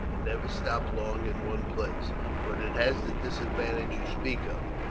and never stop long in one place but it has the disadvantage you speak of.